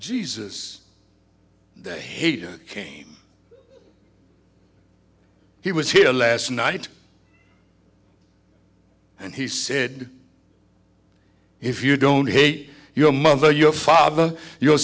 jesus that he came he was here last night and he said if you don't hey your mother your father your